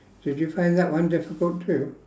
did you find that one difficult too